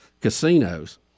casinos